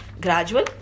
Gradual